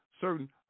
certain